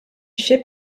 ship